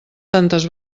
tantes